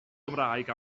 gymraeg